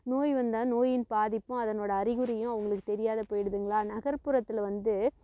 நோய் வந்தால் நோயின் பாதிப்பும் அதனோட அறிகுறியும் அவங்களுக்கு தெரியாத போயிடுதுங்களா நகர்புறத்தில் வந்து